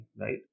right